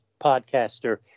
podcaster